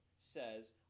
says